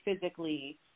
physically